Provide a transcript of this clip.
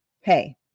hey